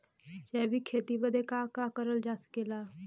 जैविक खेती बदे का का करल जा सकेला?